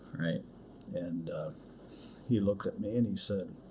and he looked at me and he said,